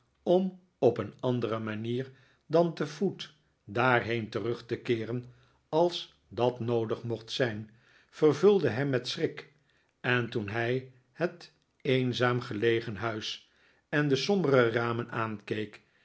om op een andere manier dan te voet daarheen terug te keeren als dat noodig mocht zijn vervulde hem met schrik en toen hij het eenzaam gelegen huis en de sombere ramen aankeek